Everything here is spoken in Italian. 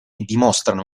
dimostrano